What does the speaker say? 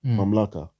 mamlaka